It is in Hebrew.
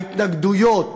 ההתנגדויות,